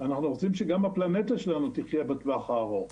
אנחנו רוצים שגם הפלנטה שלנו תחיה בטווח הארוך,